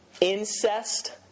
incest